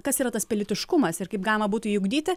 kas yra tas pilietiškumas ir kaip galima būtų jį ugdyti